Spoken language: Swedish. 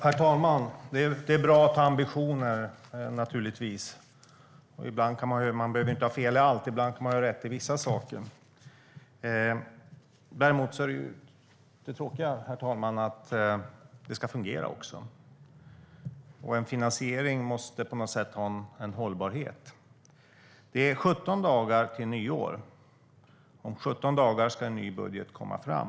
Herr talman! Det är naturligtvis bra att ha ambitioner. Man behöver inte ha fel i allt. Ibland kan man ha rätt i vissa saker. Däremot är det tråkiga att det ska fungera också. En finansiering måste på något sätt ha en hållbarhet. Det är 17 dagar till nyår. Om 17 dagar ska en ny budget komma fram.